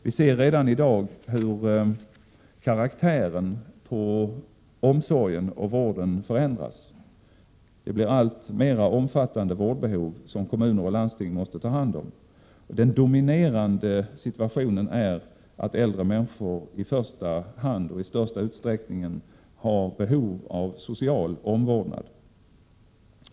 Vi ser redan i dag hur karaktären på omsorgen och vården förändras. Kommuner och landsting måste ta hand om alltmer omfattande vårdbehov. Den dominerande situationen är att äldre människor i första hand och i största utsträckning har behov av social omvårdnad.